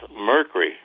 mercury